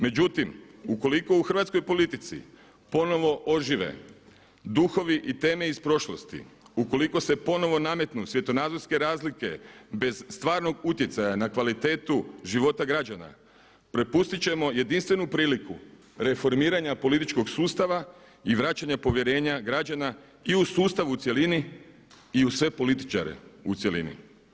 Međutim, ukoliko u hrvatskoj politici ponovo ožive duhovi i teme iz prošlosti, ukoliko se ponovo nametnu svjetonazorske razlike bez stvarnog utjecaja na kvalitetu života građana, propustit ćemo jedinstvenu priliku reformiranja političkog sustava i vraćanja povjerenja građana i u sustav u cjelini i u sve političare u cjelini.